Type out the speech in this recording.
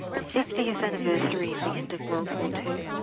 the fiftieth anniversary of the end of world war ii.